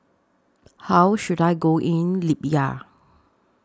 How should I Go in Libya